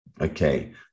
Okay